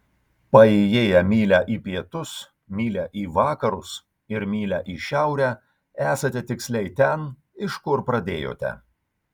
paėjėję mylią į pietus mylią į vakarus ir mylią į šiaurę esate tiksliai ten iš kur pradėjote